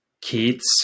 kids